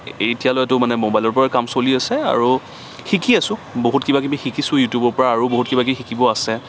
এতিয়ালৈতো মানে মোবাইলৰ পৰাই কাম চলি আছে আৰু শিকি আছোঁ বহুত কিবা কিবি শিকিছোঁ ইউটিউবৰ পৰা আৰু বহুত কিবা কিবি শিকিব আছে